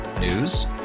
News